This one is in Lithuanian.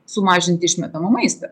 sumažinti išmetamą maistą